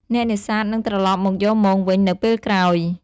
អ្នកនេសាទនឹងត្រឡប់មកយកមងវិញនៅពេលក្រោយ។